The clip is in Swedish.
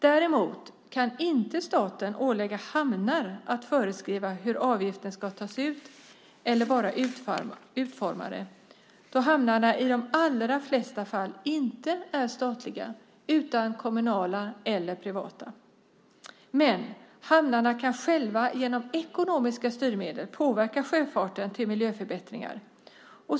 Däremot kan staten inte ålägga hamnar att föreskriva hur avgifter ska tas ut eller vara utformade då hamnarna i de allra flesta fall inte är statliga utan kommunala eller privata. Men hamnarna kan själva genom ekonomiska styrmedel påverka sjöfarten till miljöförbättringar.